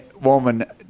woman